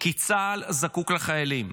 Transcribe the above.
כי צה"ל זקוק לחיילים.